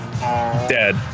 dead